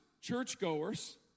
churchgoers